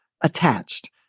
attached